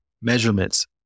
measurements